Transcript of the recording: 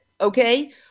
okay